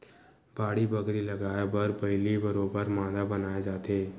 बाड़ी बखरी लगाय बर पहिली बरोबर मांदा बनाए जाथे